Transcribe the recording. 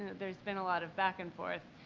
there's been a lot of back-and-forth.